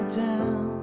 down